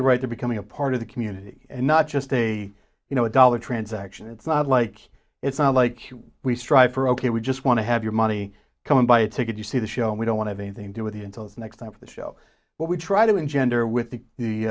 it right to becoming a part of the community and not just a you know a dollar transaction it's not like it's not like we strive for ok we just want to have your money come and buy a ticket to see the show and we don't have anything to do with the until next time for the show what we try to engender with the the